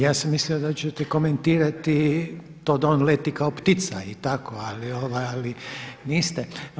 Ja sam mislio da ćete komentirati to da on leti kao ptica i tako, ali niste.